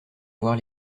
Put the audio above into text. voir